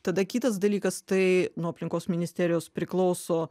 tada kitas dalykas tai nuo aplinkos ministerijos priklauso